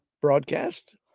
broadcast